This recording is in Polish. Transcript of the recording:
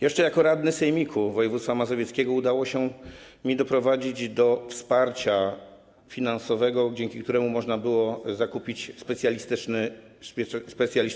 Jeszcze jako radnemu Sejmiku Województwa Mazowieckiego udało się mi doprowadzić do wsparcia finansowego, dzięki któremu można było zakupić specjalistyczny sprzęt.